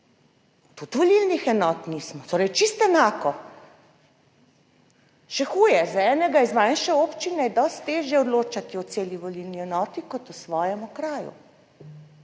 tudi volilnih enot nismo, torej čisto enako. Še huje, za enega iz manjše občine je dosti težje odločati o celi volilni enoti kot v svojem okraju